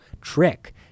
trick